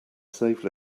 save